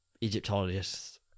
egyptologists